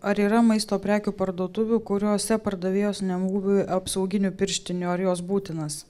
ar yra maisto prekių parduotuvių kuriose pardavėjos nemūvi apsauginių pirštinių ar jos būtinos